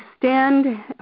stand